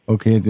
Okay